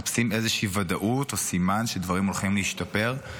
מחפשים איזושהי ודאות או סימן שדברים הולכים להשתפר,